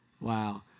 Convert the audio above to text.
wow